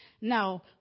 Now